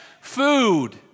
food